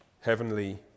heavenly